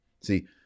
See